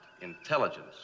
intelligence